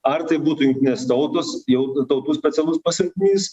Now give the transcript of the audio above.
ar tai būtų jungtinės tautos jau tautų specialus pasiuntinys